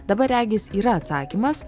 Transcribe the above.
dabar regis yra atsakymas